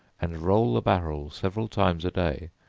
and roll the barrel several times a day,